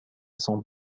son